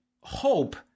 hope